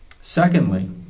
Secondly